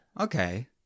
Okay